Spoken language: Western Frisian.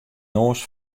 noas